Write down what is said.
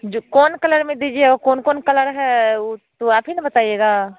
जो कौन कलर में दीजिए और कौन कौन कलर है ऊ तो आप ही ना बताइएगा